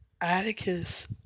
Atticus